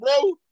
bro